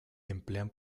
emplean